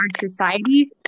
society